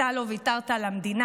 אתה לא ויתרת על המדינה,